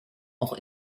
auch